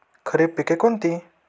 खरीप पिके कोणती?